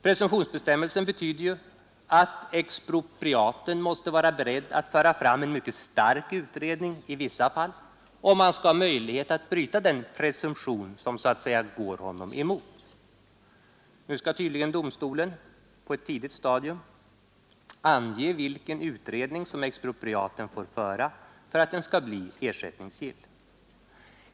Presumtionsbestämmelsen betyder ju att expropriaten måste vara beredd att föra fram en mycket stark utredning i vissa fall, om han skall ha möjlighet att bryta den presumtion som så att säga går honom emot. Nu skall tydligen domstolen på ett tidigt stadium ange vilken utredning som expropriaten får föra för att den skall bli ersättningsgill.